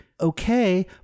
okay